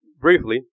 Briefly